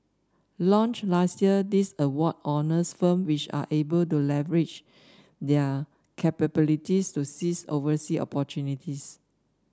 launched last year this award honours firm which are able to leverage their capabilities to seize oversea opportunities